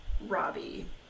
Robbie